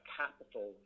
capital